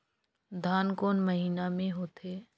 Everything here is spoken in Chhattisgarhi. धान कोन महीना मे होथे?